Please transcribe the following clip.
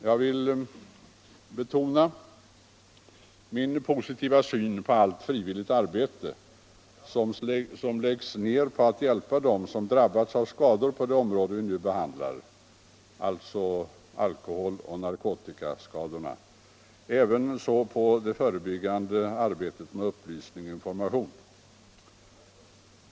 Jag vill betona min positiva syn på allt frivilligt arbete som läggs ned för att hjälpa dem som drabbats av skador på det område vi nu behandlar — alltså alkohol och narkotikaskadorna — och på det förebyggande arbetet med upplysning och information.